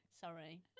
Sorry